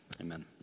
amen